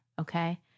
Okay